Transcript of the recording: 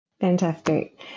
Fantastic